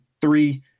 three